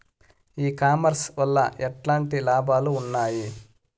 ఈ కామర్స్ వల్ల ఎట్లాంటి లాభాలు ఉన్నాయి?